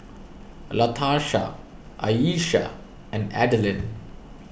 Latarsha Ayesha and Adalynn